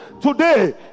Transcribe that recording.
Today